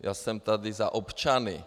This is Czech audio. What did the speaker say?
Já jsem tady za občany.